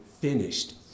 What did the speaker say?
finished